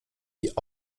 die